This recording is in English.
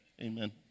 Amen